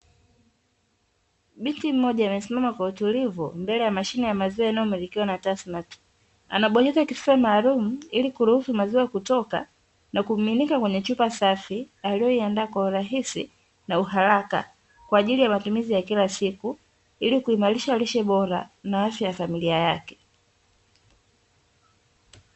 Binti mmoja amesimama kwa utulivu mbele ya mashine ya maziwa inayomilikiwa na 'TASSMATT'. Anabonyeza kitufe maalumu ili kuruhusu maziwa kutoka na kumiminika kwenye chupa safi aliyoiandaa kwa urahisi na uharaka, kwa ajili ya matumizi ya kila siku, ilikuimarisha lishe bora na afya ya familia yake.